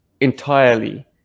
entirely